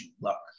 Luck